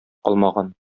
калмаган